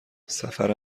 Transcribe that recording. سفر